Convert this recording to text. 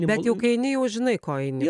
bet jau kai eini jau žinai ko eini